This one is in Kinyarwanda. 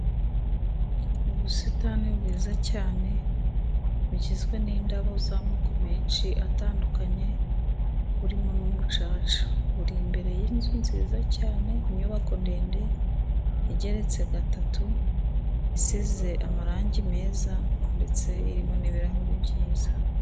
Ubusitani bwiza cyane bugizwe n'indabo z'amoko menshi atandukanye burimo n'umucaca buri imbere y'inzu nziza cyane. Inyubako ndende igeretse gatatu isize amarangi meza ndetse irimo n'ibirahuri byiza.